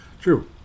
true